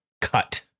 cut